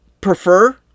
prefer